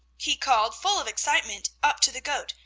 he called full of excitement, up to the goat,